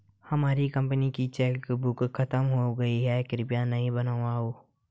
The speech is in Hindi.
हमारी कंपनी की चेकबुक खत्म हो गई है, कृपया नई बनवाओ